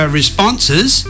responses